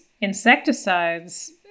insecticides